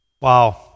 Wow